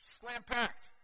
Slam-packed